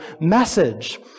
message